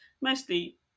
mostly